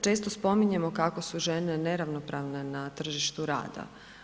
Često spominjemo kako su žene neravnopravne na tržištu rada.